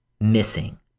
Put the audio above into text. Missing